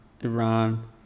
Iran